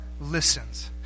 listens